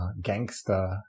gangster